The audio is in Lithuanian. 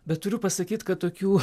bet turiu pasakyt kad tokių